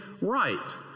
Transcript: right